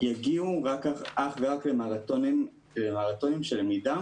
יגיעו אך ורק למרתונים של למידה